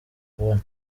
kubona